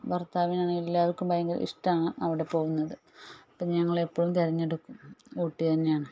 ഭർത്താവിനാണേലും എല്ലാവർക്കും ഭയങ്കര ഇഷ്ടമാണ് അവിടെ പോകുന്നത് അപ്പം ഞങ്ങളെപ്പോഴും തെരഞ്ഞെടുക്കും ഊട്ടി തന്നെയാണ്